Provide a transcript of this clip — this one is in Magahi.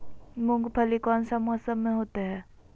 मूंगफली कौन सा मौसम में होते हैं?